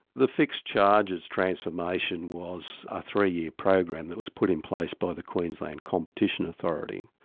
the fixed charges transformation was a three-year program that was put in place by the queensland competition authority.